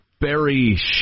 Barry